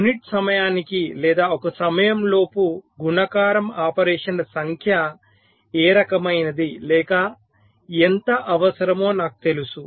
unit సమయానికి లేదా ఒక సమయం లోపు గుణకారం ఆపరేషన్ల సంఖ్య ఏ రకమైనది లేదా ఎంత అవసరమో నాకు తెలుసు